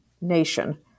nation